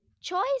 Choice